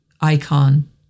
Icon